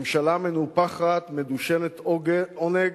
ממשלה מנופחת, מדושנת עונג,